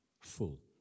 full